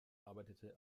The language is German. arbeitete